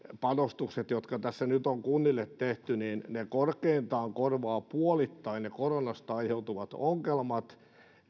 panostukset jotka tässä nyt on kunnille tehty korvaavat korkeintaan puolittain ne koronasta aiheutuvat ongelmat